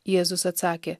jėzus atsakė